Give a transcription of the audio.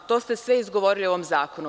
To ste sve izgovorili u ovom zakonu.